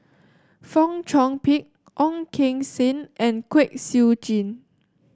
Fong Chong Pik Ong Keng Sen and Kwek Siew Jin